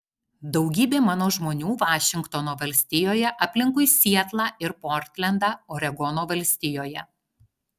daugybė mano žmonių vašingtono valstijoje aplinkui sietlą ir portlendą oregono valstijoje